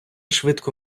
швидко